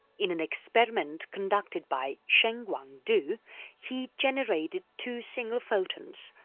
in an experiment conducted by shengwang du he generated two single photons,